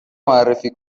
معرفی